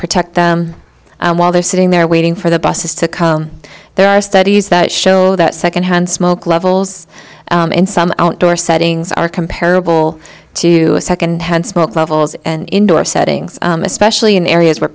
protect them and while they're sitting there waiting for the buses to come there are studies that show that second hand smoke levels in some outdoor settings are comparable to second hand smoke levels and indoor settings especially in areas where